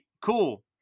Cool